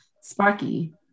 Sparky